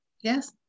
Yes